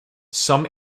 some